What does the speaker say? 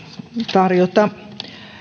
tarjota